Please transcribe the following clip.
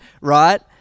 right